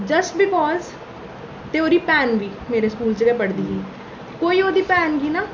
just because ते ओह्दी भैन बी मेरे स्कूल च गै पढ़दी ही कोई ओह्दी भैन गी नां